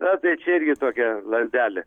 na tai čia irgi tokia lazdelė